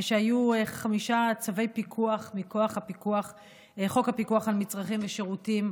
שהיו בה חמישה צווי פיקוח מכוח חוק הפיקוח על מצרכים ושירותים,